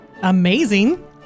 Amazing